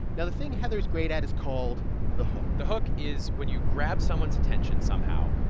now, the thing heather's great at is called the hook the hook is when you grab someone's attention somehow.